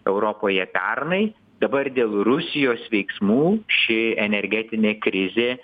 europoje pernai dabar dėl rusijos veiksmų ši energetinė krizė